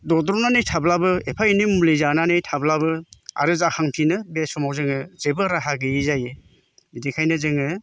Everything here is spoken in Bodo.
दद्र'नानै थाब्लाबो एफा एनै मुलि जानानै थाब्लाबो आरो जाखांफिनो बे समाव जोङो जेबो राहा गोयि जायो बिदिखायनो जोङो